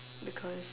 because